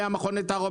מהמכון לתערובת,